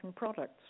Products